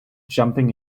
jumping